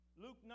Luke